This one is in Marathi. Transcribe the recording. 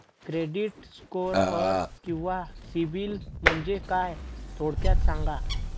क्रेडिट स्कोअर किंवा सिबिल म्हणजे काय? थोडक्यात सांगा